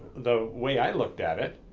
the way i looked at it,